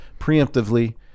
Preemptively